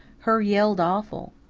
her yelled awful.